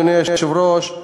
אדוני היושב-ראש,